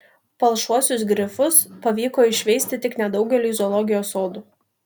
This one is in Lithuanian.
palšuosius grifus pavyko išveisti tik nedaugeliui zoologijos sodų